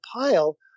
pile